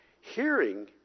hearing